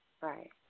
Right